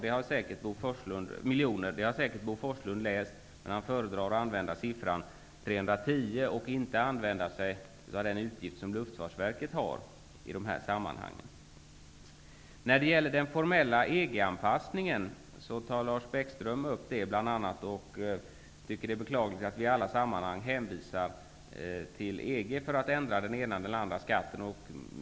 Det har Bo Forslund säkert läst, men han föredrar att använda summan 310 i stället för den utgift som Luftfartsverket anger i det sammanhanget. Lars Bäckström tog bl.a. upp den formella EG anpassningen, och han tycker att det är beklagligt att vi i alla sammanhang hänvisar till EG för att ändra den ena eller den andra skatten.